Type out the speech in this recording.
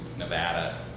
Nevada